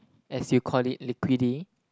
as you call it liquidy